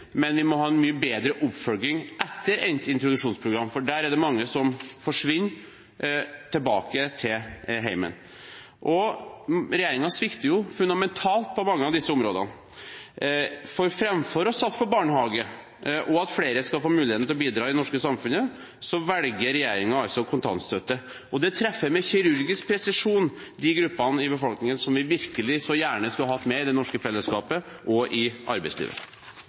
Vi må ha en mye bedre oppfølging etter endt introduksjonsprogram, for der er det mange som forsvinner tilbake til hjemmet. Regjeringen svikter fundamentalt på mange av disse områdene, for framfor å satse på barnehage og at flere skal få muligheten til å bidra i det norske samfunnet, velger regjeringen altså kontantstøtte. Det treffer med kirurgisk presisjon de gruppene i befolkningen som vi virkelig så gjerne skulle hatt med i det norske fellesskapet og i arbeidslivet.